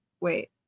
wait